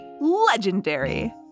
Legendary